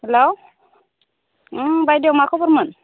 हेल' बायद' मा खबरमोन